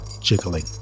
jiggling